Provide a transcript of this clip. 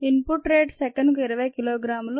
in put rate సెకనుకు 20 కిలోగ్రాములు